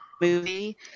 movie